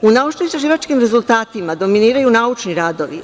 U naučno-istraživačkim rezultatima dominiraju naučni radovi.